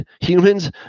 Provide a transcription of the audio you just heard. humans